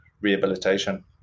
rehabilitation